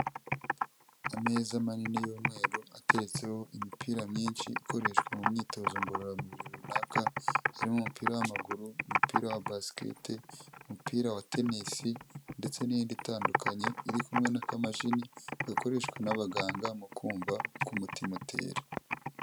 Ameza manini y'umweru ateretseho imipira myinshi ikoreshwa mu myitozo ngororamubiri runaka, harimo umupira w'amaguru, umupira wa basikete, umupira wa tenisi ndetse n'iyindi itandukanye iri kumwe n'akamashini gakoreshwa n'abaganga mu kumva uko umutima utera.